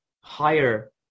higher